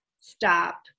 Stop